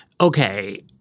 okay